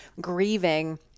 grieving